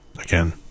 again